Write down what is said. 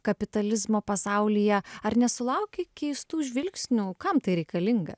kapitalizmo pasaulyje ar nesulauki keistų žvilgsnių kam tai reikalinga